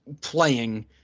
playing